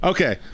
Okay